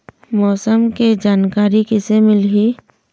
मौसम के जानकारी किसे मिलही?